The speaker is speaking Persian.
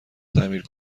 تعمیر